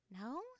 No